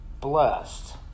blessed